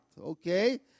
okay